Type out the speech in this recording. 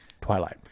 Twilight